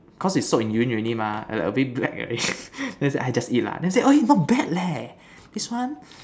cause they soak in urine already mah like a bit black already then say just eat then say eh not bad leh this one